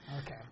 Okay